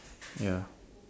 ya